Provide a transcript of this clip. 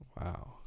Wow